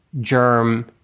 germ